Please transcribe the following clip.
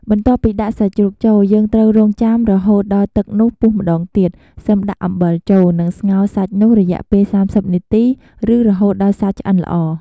បន្ទាប់ពីដាក់សាច់ជ្រូកចូល យើងត្រូវរង់ចាំរហូតដល់ទឹកនោះពុះម្ដងទៀត សិមដាក់អំបិលចូល និងស្ងោរសាច់នោះរយៈពេល៣០នាទី ឬរហូតដល់សាច់ឆ្អិនល្អ។